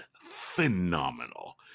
phenomenal